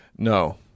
No